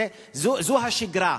זו כבר השגרה.